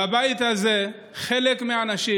בבית הזה חלק מהאנשים